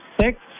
six